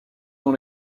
dans